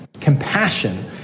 Compassion